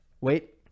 Wait